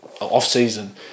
off-season